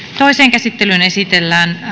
käsittelyyn esitellään